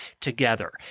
together